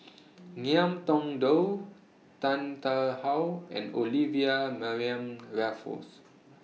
Ngiam Tong Dow Tan Tarn How and Olivia Mariamne Raffles